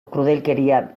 krudelkeria